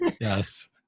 yes